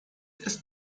ist